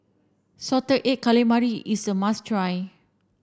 salted egg calamari is a must try